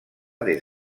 des